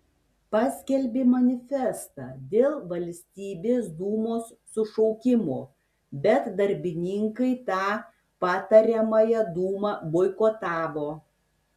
paskelbė manifestą dėl valstybės dūmos sušaukimo bet darbininkai tą patariamąją dūmą boikotavo